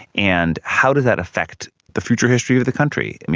and how does that affect the future history of the country?